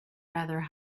rather